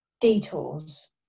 detours